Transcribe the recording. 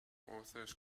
authors